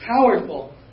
powerful